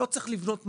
לא צריך לבנות מעלית,